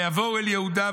כאלה שעוד לא